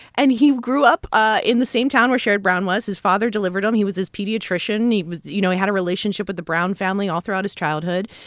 and he grew up ah in the same town where sherrod brown was. his father delivered him. um he was his pediatrician. he was you know, he had a relationship with the brown family all throughout his childhood.